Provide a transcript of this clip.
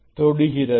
தொடுகிறது